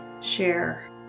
share